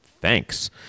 Thanks